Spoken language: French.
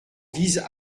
vise